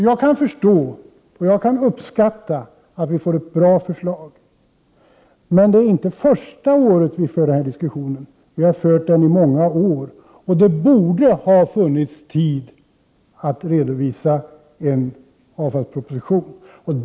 Jag kan 125 uppskatta att vi får ett bra förslag, men detta är inte första året som vi för denna diskussion, utan den har förts i många år. Det borde ha funnits tid att redovisa en avfallsproposition.